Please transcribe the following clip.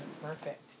perfect